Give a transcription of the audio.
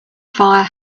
fire